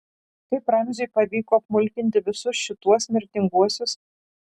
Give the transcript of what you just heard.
kaip ramziui pavyko apmulkinti visus šituos mirtinguosius